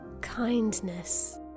Kindness